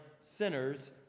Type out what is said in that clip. sinners